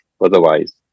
otherwise